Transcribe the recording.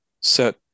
set